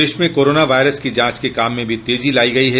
देश में corona virus की जांच के काम में भी तेजी लाई गई है